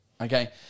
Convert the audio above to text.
Okay